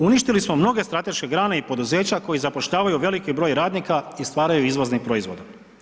Uništili smo mnoge strateške grane i poduzeća koji zapošljavaju veliki broj radnika i stvaraju izvozni proizvod.